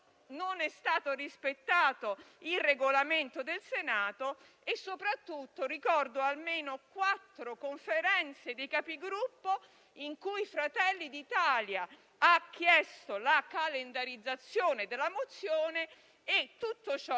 non è stato rispettato il Regolamento del Senato. Soprattutto, ricordo almeno quattro Conferenze dei capigruppo in cui Fratelli d'Italia ha chiesto la calendarizzazione della mozione, ma la